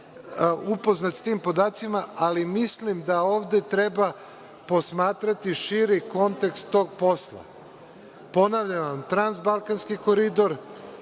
upoznat sa tim podacima, ali mislim da ovde treba posmatrati širi kontekst tog posla. Ponavljam, transbalkanski koridor,